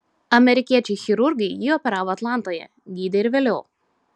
amerikiečiai chirurgai jį operavo atlantoje gydė ir vėliau